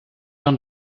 dann